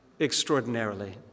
extraordinarily